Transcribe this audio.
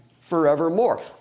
forevermore